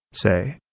say.